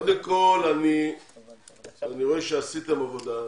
קודם כל אני רואה שעשיתם עבודה,